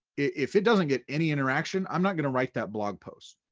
if it doesn't get any interaction, i'm not gonna write that blog post.